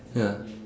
ya